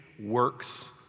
works